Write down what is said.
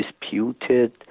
disputed